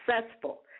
successful